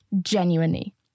genuinely